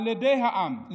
על ידי העם,